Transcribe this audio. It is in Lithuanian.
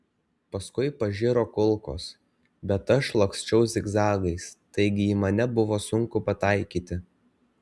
paskui pažiro kulkos bet aš laksčiau zigzagais taigi į mane buvo sunku pataikyti